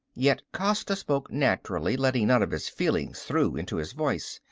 yet costa spoke naturally, letting none of his feelings through into his voice.